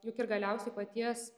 juk ir galiausiai paties